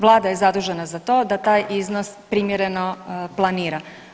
Vlada je zadužena za to da taj iznos primjerno planira.